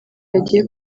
yagiye